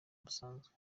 busanzwe